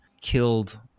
killed